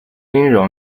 金融